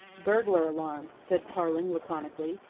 burglar alarm, said tarling laconically,